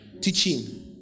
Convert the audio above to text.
Teaching